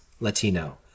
Latino